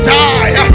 die